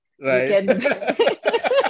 Right